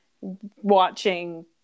watching